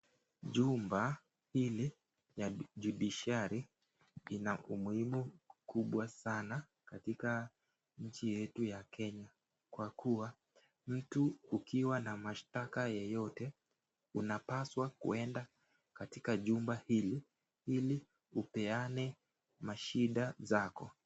Jumba hili la [judiciary] ina umuhimu kubwa sana katika nchi yetu ya Kenya, kwa kuwa mtu ukiwa na mashtaka yoyote, unapaswa kuenda katika jumba hili, ili upeane mashida zako.